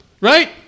Right